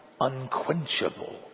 unquenchable